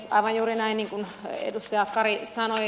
on aivan juuri näin kuin edustaja kari sanoi